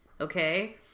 okay